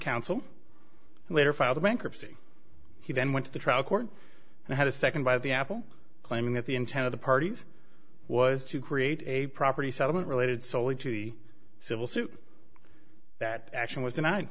counsel and later filed bankruptcy he then went to the trial court and had a second by the apple claiming that the intent of the parties was to create a property settlement related solely to the civil suit that action was